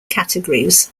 categories